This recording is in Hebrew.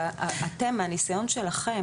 אבל אתם מהניסיון שלכם,